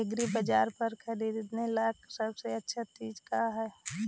एग्रीबाजार पर खरीदने ला सबसे अच्छा चीज का हई?